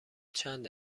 چند